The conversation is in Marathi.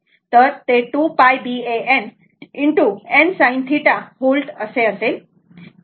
तर ते 2 π B A N ✕ n sin θ volt असेल बरोबर